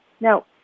Now